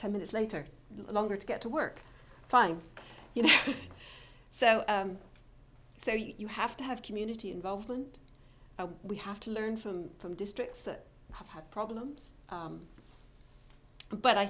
ten minutes later longer to get to work done you know so so you have to have community involvement we have to learn from some districts that have had problems but i